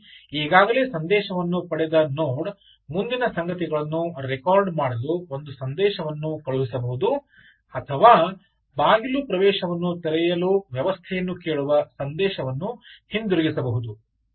ಅಂದರೆ ಈಗಾಗಲೇ ಸಂದೇಶವನ್ನು ಪಡೆದ ನೋಡ್ ಮುಂದಿನ ಸಂಗತಿಗಳನ್ನು ರೆಕಾರ್ಡ್ ಮಾಡಲು ಒಂದು ಸಂದೇಶವನ್ನು ಕಳುಹಿಸಬಹುದು ಅಥವಾ ಬಾಗಿಲು ಪ್ರವೇಶವನ್ನು ತೆರೆಯಲು ವ್ಯವಸ್ಥೆಯನ್ನು ಕೇಳುವ ಸಂದೇಶವನ್ನು ಹಿಂತಿರುಗಿಸಬಹುದು